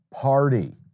party